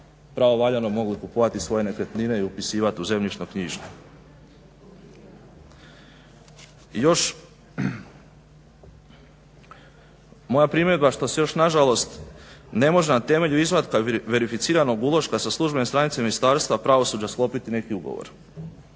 pravovaljano mogli kupovati svoje nekretnine i upisivati u zemljišno-knjižne. I još moja primjedba što se još nažalost ne može na temelju izvatka verificiranog uloška sa službene stranice Ministarstva pravosuđa sklopiti neki ugovor